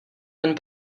ten